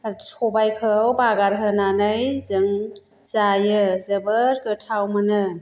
सबाइखौ बागार होनानै जों जायो जोबोर गोथाव मोनो